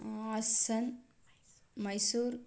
Hassan Mysuru